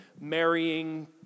marrying